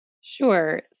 Sure